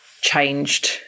changed